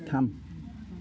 थाम